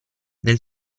nel